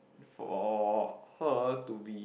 for her to be